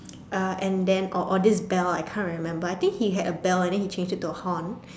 uh and then or or this bell I can't remember I think he had a bell and then he changed it to a horn